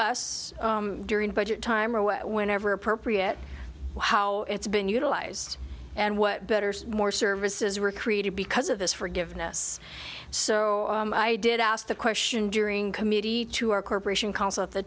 us during budget time or whenever appropriate how it's been utilized and what better more services were created because of this forgiveness so i did ask the question during committee to our corporation counsel at the